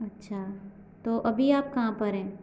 अच्छा तो अभी आप कहाँ पर हैं